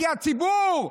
הציבור,